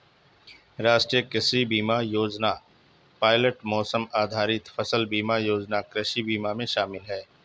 राष्ट्रीय कृषि बीमा योजना पायलट मौसम आधारित फसल बीमा योजना कृषि बीमा में शामिल है